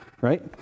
right